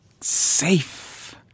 Safe